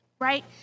right